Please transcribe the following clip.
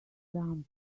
dumb